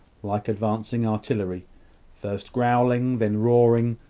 like advancing artillery first growling, then roaring,